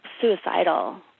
suicidal